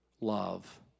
love